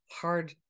hard